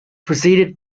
preceded